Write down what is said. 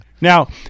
Now